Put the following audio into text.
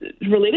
related